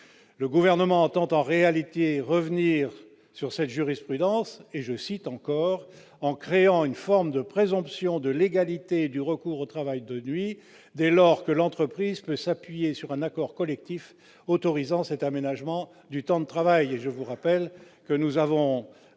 le Gouvernement entend revenir sur cette jurisprudence en « créant une forme de présomption de légalité du recours au travail de nuit dès lors que l'entreprise peut s'appuyer sur un accord collectif autorisant cet aménagement du temps de travail ».